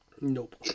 Nope